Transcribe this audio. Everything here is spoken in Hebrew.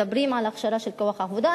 מדברים על הכשרה של כוח עבודה.